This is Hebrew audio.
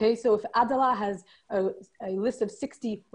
כפי שבמשך מאות שנים חשבו שאנחנו טובחים בתינוקות